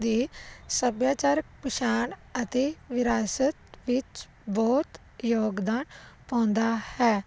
ਦੇ ਸੱਭਿਆਚਾਰਕ ਪਛਾਣ ਅਤੇ ਵਿਰਾਸਤ ਵਿੱਚ ਬਹੁਤ ਯੋਗਦਾਨ ਪਾਉਂਦਾ ਹੈ